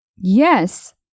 Yes